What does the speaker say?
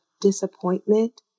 disappointment